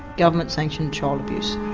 government sanctioned child abuse.